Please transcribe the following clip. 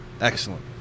Excellent